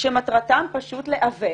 כשמטרתם פשוט לעוות